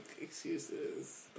excuses